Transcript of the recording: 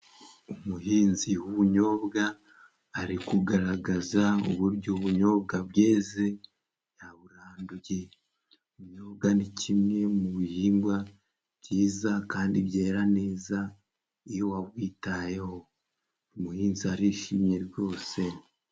Umuhinzi w'ubunyobwa ari kugaragaza uburyo ubunyobwa byeze, yaburanduye ibinyobwa ni kimwe mu bihingwa byiza, kandi byera neza iyo uwabyitayeho umuhinzi arishimye rwose.